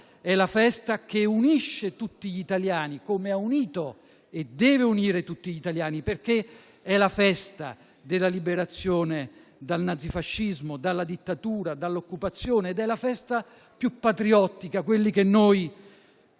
è la festa che unisce tutti gli italiani, come ha unito e deve unire tutti gli italiani, perché è la Festa della liberazione dal nazifascismo, dalla dittatura, dall'occupazione. È la festa più patriottica: quelli che noi